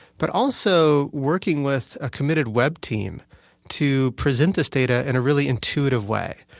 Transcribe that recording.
but also working with a committed web team to present this data in a really intuitive way.